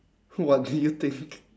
what do you think